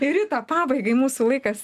rita pabaigai mūsų laikas